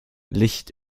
licht